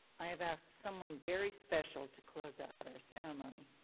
i have asked someone very special to close out our ceremony.